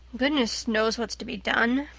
goodness knows what's to be done.